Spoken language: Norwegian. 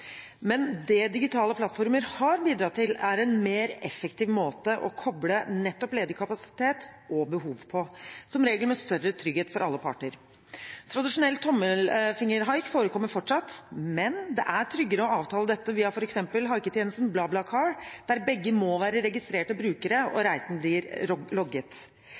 Men det digitale plattformer har bidratt til, er en mer effektiv måte å koble nettopp ledig kapasitet og behov på, som regel med større trygghet for alle parter. Tradisjonell tommelfingerhaik forekommer fortsatt, men det er tryggere å avtale dette via f.eks. haiketjenesten BlaBlaCar, der begge må være registrerte brukere og reisen blir logget.